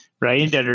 Right